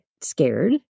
scared